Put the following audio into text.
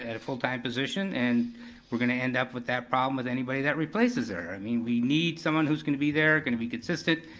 and full-time position, and we're gonna end up with that problem with anybody that replaces her. i mean we need someone who's gonna be there, gonna be consistent,